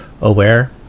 aware